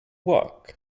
work